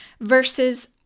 versus